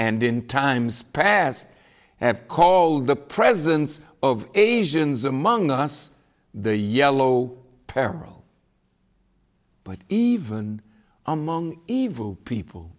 and in times past have called the presence of asians among us the yellow peril but even among evil people